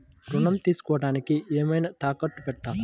ఋణం తీసుకొనుటానికి ఏమైనా తాకట్టు పెట్టాలా?